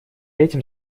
этим